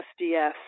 SDS